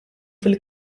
fil